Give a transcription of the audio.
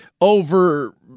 over